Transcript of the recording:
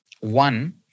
One